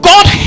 God